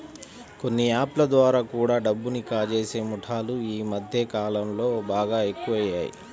కొన్ని యాప్ ల ద్వారా కూడా డబ్బుని కాజేసే ముఠాలు యీ మద్దె కాలంలో బాగా ఎక్కువయినియ్